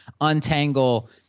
untangle